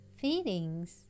feelings